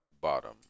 Bottom